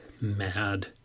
mad